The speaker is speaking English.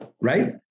right